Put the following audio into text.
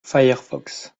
firefox